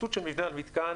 התמוטטות של מבנה המתקן,